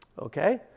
Okay